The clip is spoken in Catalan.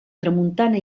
tramuntana